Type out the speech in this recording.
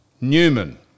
Newman